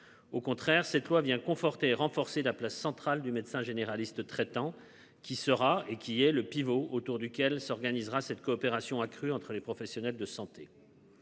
au contraire cette loi vient conforter et renforcer la place centrale du médecin généraliste traitant qui sera, et qui est le pivot autour duquel s'organisera cette coopération accrue entre les professionnels de santé.